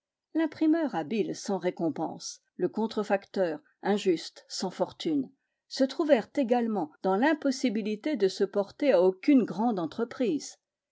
l'imprimeur habile sans récompense le contrefacteur injuste sans fortune se trouvèrent également dans l'impossibilité de se porter a aucune grande entreprise